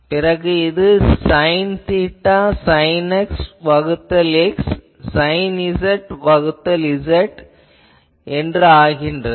இது பிறகு sine theta sine X வகுத்தல் X சைன் Z வகுத்தல் Z ஆகும்